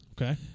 Okay